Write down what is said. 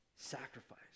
sacrifice